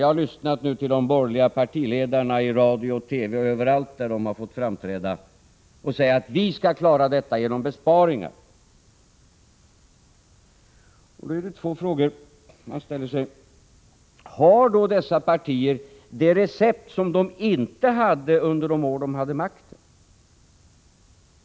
Jag har lyssnat till de borgerliga partiledarna i radio, i TV och överallt där de har fått framträda. De säger att vi skall klara detta genom besparingar. Då är det två frågor man ställer sig: Har då dessa partier det recept som de inte hade under de år de satt vid makten?